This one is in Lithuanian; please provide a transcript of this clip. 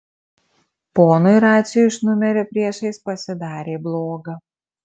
ponui raciui iš numerio priešais pasidarė bloga